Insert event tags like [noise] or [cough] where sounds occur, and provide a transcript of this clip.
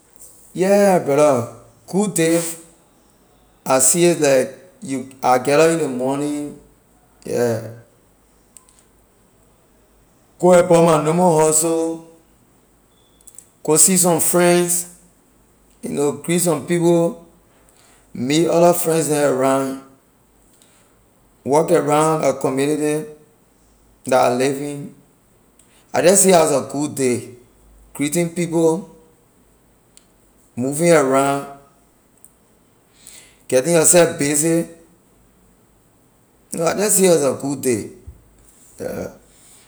Yeah brother I see it like you I get up in ley morning yeah go about my normal hustle go see some friends [hesitation] you know greet some people meet other fellows them around walk around a community la I live in I just see it as a good day greeting people moving around getting yourself busy you know I jeh see it as a good day.